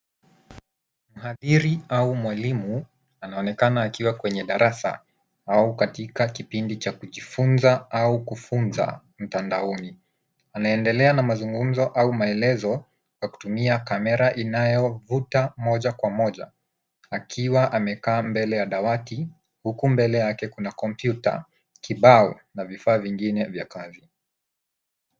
Mhadhiri au mwalimu anaonekana akiwa kwenye darasa au katika kipindi cha kujifunza au kufunza mtandaoni. Anaendelea na mazungumzo au maelezo kwa kutumia kamera inayovuta moja kwa moja akiwa amekaa mbele ya dawati huku mbele yake kuna kompyuta, kibao na vifaa vingine vya kazi.